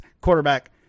quarterback